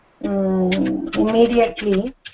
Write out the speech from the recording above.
immediately